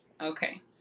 Okay